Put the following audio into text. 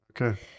Okay